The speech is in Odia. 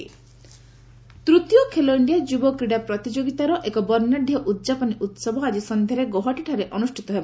ଖେଲୋ ଇଣ୍ଡିଆ ତୃତୀୟ ଖେଲୋ ଇଣ୍ଡିଆ ଯୁବ କ୍ରିଡ଼ା ପ୍ରତିଯୋଗିତାର ଏକ ବର୍ଷ୍ଣାଡ଼୍ୟ ଉଦ୍ଯାପନୀ ଉତ୍ସବ ଆଜି ସନ୍ଧ୍ୟାରେ ଗୌହାଟୀଠାରେ ଅନୁଷ୍ଠିତ ହେବ